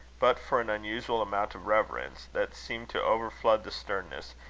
but for an unusual amount of reverence that seemed to overflood the sternness,